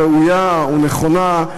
ראויה ונכונה,